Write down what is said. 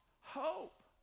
hope